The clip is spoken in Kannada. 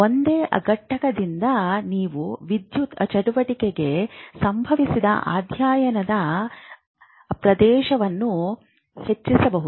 ಒಂದೇ ಘಟಕದಿಂದ ನೀವು ವಿದ್ಯುತ್ ಚಟುವಟಿಕೆಗೆ ಸಂಬಂಧಿಸಿದ ಅಧ್ಯಯನದ ಪ್ರದೇಶವನ್ನು ಹೆಚ್ಚಿಸಬಹುದು